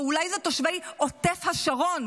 או אולי אלה תושבי עוטף השרון,